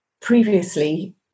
Previously